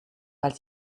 weil